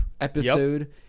episode